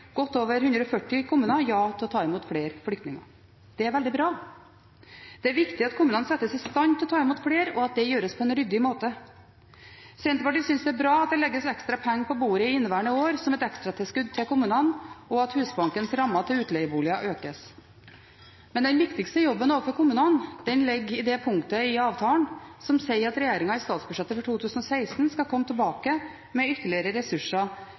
godt over 140 kommuner ja til å ta imot flere flyktninger. Det er veldig bra. Det er viktig at kommunene settes i stand til å ta imot flere, og at det gjøres på en ryddig måte. Senterpartiet synes det er bra at det legges ekstra penger på bordet i inneværende år som et ekstratilskudd til kommunene, og at Husbankens rammer til utleieboliger økes. Men den viktigste jobben overfor kommunene ligger i det punktet i avtalen som sier at regjeringen i statsbudsjettet for 2016 skal komme tilbake med ytterligere ressurser